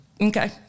Okay